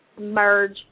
merge